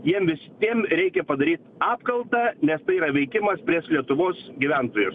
jiem visiem reikia padaryt apkaltą nes tai yra veikimas prieš lietuvos gyventojus